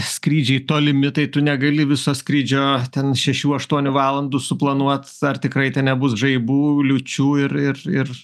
skrydžiai tolimi tai tu negali viso skrydžio ten šešių aštuonių valandų suplanuot ar tikrai ten nebus žaibų liūčių ir ir ir